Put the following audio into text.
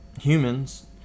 humans